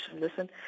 listen